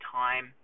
time